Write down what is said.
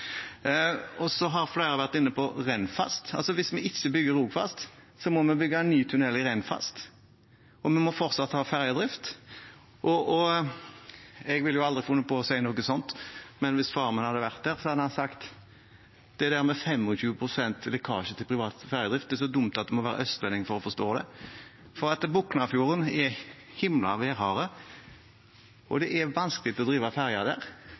Så har flere vært inne på Rennfast. Hvis vi ikke bygger Rogfast, må vi bygge ny tunell i Rennfast, og vi må fortsatt ha ferjedrift. Jeg ville jo aldri funnet på å si noe sånt, men hvis faren min hadde vært her, hadde han sagt: Det der med 25 pst. lekkasje til privat ferjedrift er så dumt at man må være østlending for å forstå det. For Boknafjorden er himla værhard, og det er vanskelig å ha ferjedrift der.